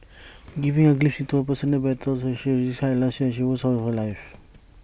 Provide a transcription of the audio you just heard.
giving A glimpse into her personal battles she described last year as the worst year of her life